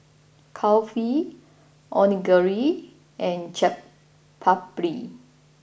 Kulfi Onigiri and Chaat Papri